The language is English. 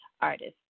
artist